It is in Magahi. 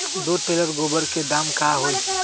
दो टेलर गोबर के दाम का होई?